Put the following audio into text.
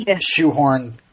shoehorn